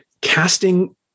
casting